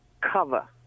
cover